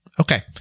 Okay